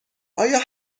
آیا